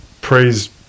praise